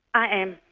i am.